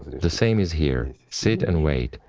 the same is here. sit and wait,